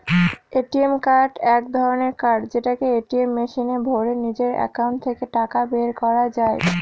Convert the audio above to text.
ATM card এক ধরনের card যেটাকে এটিএম মেশিনে ভোরে নিজের একাউন্ট থেকে টাকা বের করা যায়